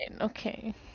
okay